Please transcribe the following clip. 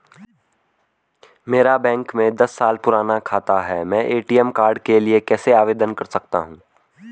मेरा बैंक में दस साल पुराना खाता है मैं ए.टी.एम कार्ड के लिए कैसे आवेदन कर सकता हूँ?